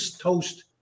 toast